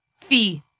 Fee